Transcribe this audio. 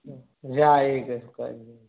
ꯎꯝ ꯌꯥꯏꯌꯦ ꯀꯩꯁꯨ ꯀꯥꯏꯗꯦ